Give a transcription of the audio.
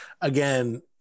again